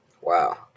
Wow